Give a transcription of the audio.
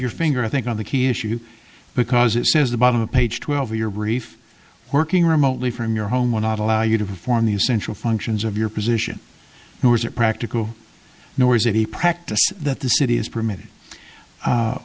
your finger think on the key issue because it says the bottom of page twelve your brief working remotely from your home will not allow you to perform the essential functions of your position nor is it practical nor is it a practice that the city is permitted